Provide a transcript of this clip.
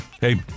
Hey